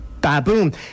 Baboon